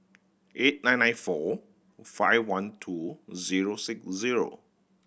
eight nine nine four five one two zero six zero